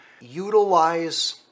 utilize